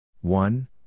one